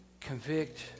Convict